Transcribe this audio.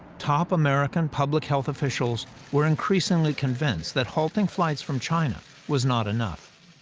top american public health officials were increasingly convinced that halting flights from china was not enough.